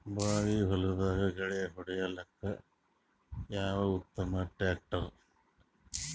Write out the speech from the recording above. ಬಾಳಿ ಹೊಲದಾಗ ಗಳ್ಯಾ ಹೊಡಿಲಾಕ್ಕ ಯಾವದ ಉತ್ತಮ ಟ್ಯಾಕ್ಟರ್?